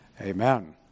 Amen